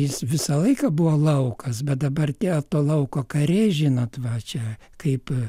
jis visą laiką buvo laukas bet dabar atėjo to lauko karė žinot va čia kaip